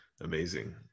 Amazing